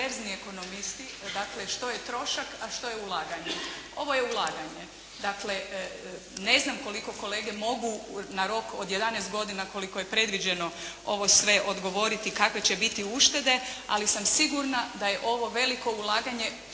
perverzni ekonomisti što je trošak a što je ulaganje? Ovo je ulaganje. Dakle, ne znam koliko kolege mogu na rok od 11 godina koliko je predviđeno ovo sve odgovoriti, kakve će biti uštede, ali sam sigurna da je ovo veliko ulaganje